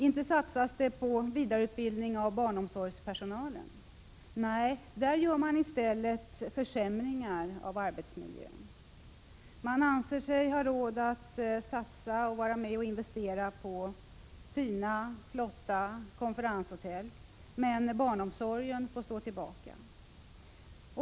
Inte satsas det på vidareutbildning av barnomsorgspersonalen. Nej, där vidtar man i stället försämringar av arbetsmiljön. Man anser sig ha råd att satsa och vara med och investera i nya flotta konferenshotell medan barnomsorgen får stå tillbaka.